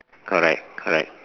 correct correct